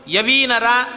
Yavinara